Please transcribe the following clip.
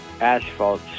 asphalt